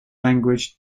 language